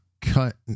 cut